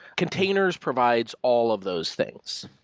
containers provides all of those things.